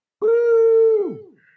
Woo